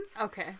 Okay